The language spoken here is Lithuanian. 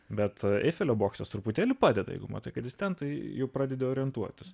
bet eifelio bokštas truputėlį padeda jeigu matai kad stentai jų pradeda orientuotis